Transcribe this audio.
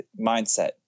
mindset